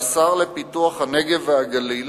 שהשר לפיתוח הנגב והגליל